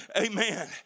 Amen